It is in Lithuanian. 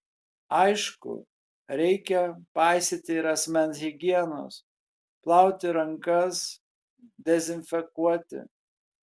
aišku reikia paisyti ir asmens higienos plauti rankas dezinfekuoti